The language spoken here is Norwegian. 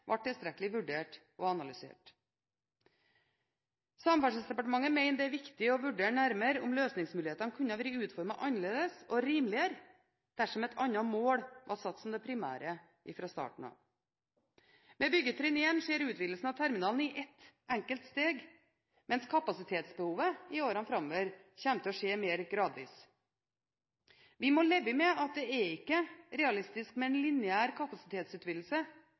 var tilstrekkelig vurdert og analysert. Samferdselsdepartementet mener det er viktig å vurdere nærmere om løsningsmulighetene kunne vært utformet annerledes og rimeligere dersom et annet mål var satt som det primære fra starten av. Med byggetrinn 1 skjer utvidelsen av terminalen i ett enkelt steg, mens kapasitetsbehovet i årene framover kommer til å skje mer gradvis. Vi må leve med at det ikke er realistisk med en lineær kapasitetsutvidelse,